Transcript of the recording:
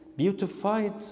beautified